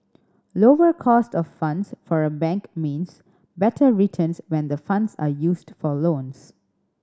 lower cost of funds for a bank means better returns when the funds are used for loans